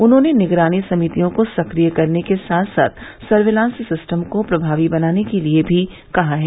उन्होंने निगरानी समितियों को सक्रिय करने के साथ साथ सर्विलान्स सिस्टम को प्रमावी बनाने के लिए भी कहा है